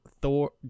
Thor